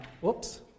Whoops